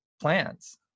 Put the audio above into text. plans